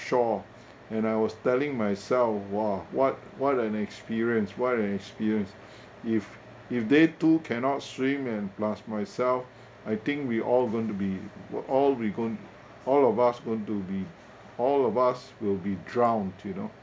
shore and I was telling myself !wah! what what an experience what an experience if if they too cannot swim and plus myself I think we all going to be w~ all we're going all of us going to be all of us will be drowned you know